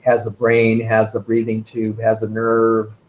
has a brain, has a breathing tube, has a nerve.